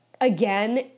again